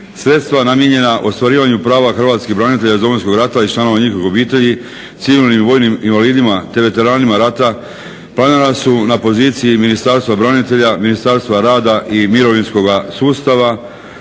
Sredstva namijenjena ostvarivanju prava hrvatskih branitelja iz Domovinskog rata i članova njihovih obitelji, civilnim i vojnim invalidima, te veteranima rata planirana su na poziciji Ministarstva branitelja, Ministarstva rada i mirovinskog sustava